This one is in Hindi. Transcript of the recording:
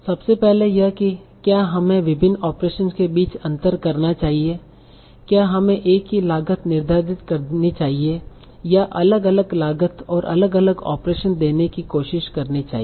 सबसे पहले यह है कि क्या हमें विभिन्न ऑपरेशन के बीच अंतर करना चाहिए क्या हमें एक ही लागत निर्धारित करनी चाहिए या अलग अलग लागत और अलग अलग ऑपरेशन देने की कोशिश करनी चाहिए